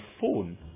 phone